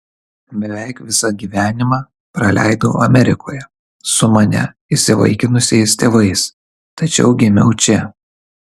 beveik visą gyvenimą praleidau amerikoje su mane įsivaikinusiais tėvais tačiau gimiau čia